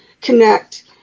connect